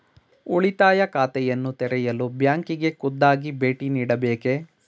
ಉಳಿತಾಯ ಖಾತೆಯನ್ನು ತೆರೆಯಲು ಬ್ಯಾಂಕಿಗೆ ಖುದ್ದಾಗಿ ಭೇಟಿ ನೀಡಬೇಕೇ?